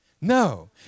No